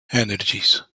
energies